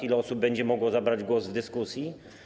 Ile osób będzie mogło zabrać głos w dyskusji?